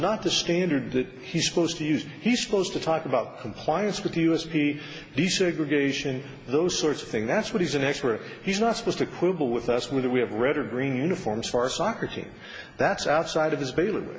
not the standard that he's supposed to use he's supposed to talk about compliance with us be the segregation those sorts of thing that's what he's an x where he's not supposed to quibble with us when we have red or green uniforms for a soccer team that's outside of his ba